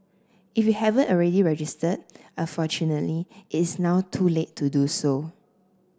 if you haven't already registered unfortunately it's now too late to do so